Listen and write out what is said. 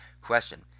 Question